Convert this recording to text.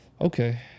okay